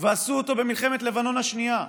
ועשו אותו במלחמת לבנון השנייה: